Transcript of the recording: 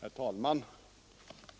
Herr talman!